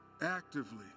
actively